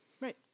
Right